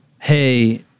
hey